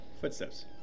footsteps